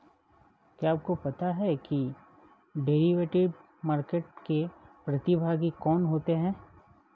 क्या आपको पता है कि डेरिवेटिव मार्केट के प्रतिभागी कौन होते हैं?